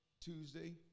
Tuesday